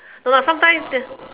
no lah sometimes there's